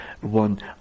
one